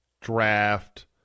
draft